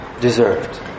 deserved